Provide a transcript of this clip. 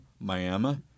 Miami